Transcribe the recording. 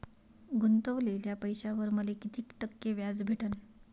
गुतवलेल्या पैशावर मले कितीक टक्के व्याज भेटन?